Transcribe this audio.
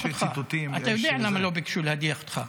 הגישו ציטוטים --- אתה יודע למה לא ביקשו להדיח אותך?